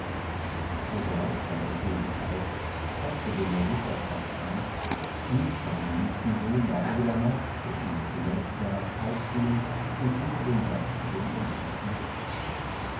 sogleich stand der könig auf faßte den odysseus bei der hand hieß seinen liebsten sohn laodamas der ihm zunächst saß aufstehen und führte den gast zu dem erledigten sessel